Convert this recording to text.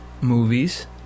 movies